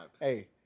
Hey